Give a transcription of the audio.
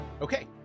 Okay